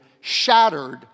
shattered